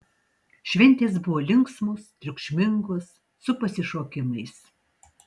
šventės buvo linksmos triukšmingos su pasišokimais